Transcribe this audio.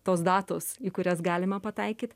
tos datos į kurias galima pataikyt